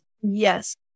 Yes